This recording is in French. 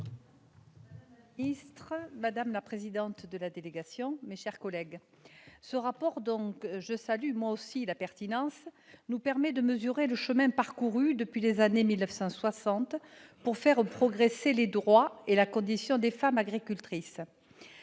madame la présidente de la délégation, mes chers collègues, ce rapport, dont je salue moi aussi la pertinence, nous permet de mesurer le chemin parcouru depuis les années 1960 pour faire progresser les droits et la condition des femmes agricultrices.